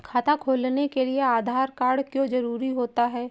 खाता खोलने के लिए आधार कार्ड क्यो जरूरी होता है?